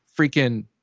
freaking